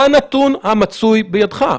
מה הנתון המצוי בידך?